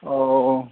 औ